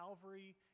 Calvary